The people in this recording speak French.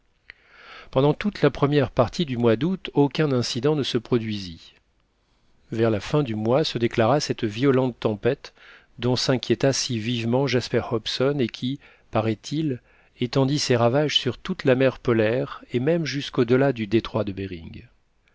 pendant toute la première partie du mois d'août aucun incident ne se produisit vers la fin du mois se déclara cette violente tempête dont s'inquiéta si vivement jasper hobson et qui paraîtil étendit ses ravages sur toute la mer polaire et même jusqu'audelà du détroit de behring